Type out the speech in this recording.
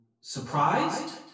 surprised